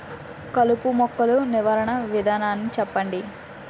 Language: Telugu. కలుపు మొక్కలు నివారణ విధానాన్ని చెప్పండి?